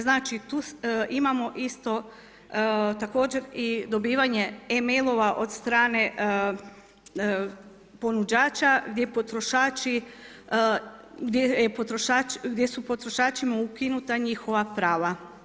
Znači tu imamo isto, također i dobivanje e-mailova od strane ponuđača gdje potrošači, gdje su potrošačima ukinuta njihova prava.